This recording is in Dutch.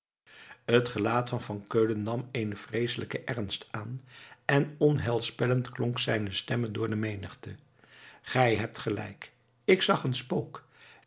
het gelaat van van keulen nam eenen vreeselijken ernst aan en onheilspellend klonk zijne stem door de menigte gij hebt gelijk ik zag een spook